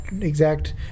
exact